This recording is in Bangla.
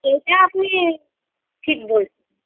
এটা আপনি ঠিক বলছেন